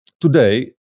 Today